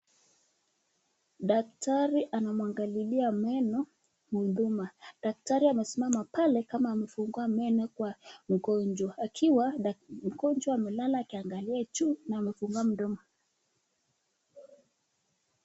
Daktari anamwangalilia meno mhuduma . Daktari amesimama pale kama amefungua meno kwa mgonjwa akiwa mgonjwa amelala akiangalia juu na amefungua mdomo .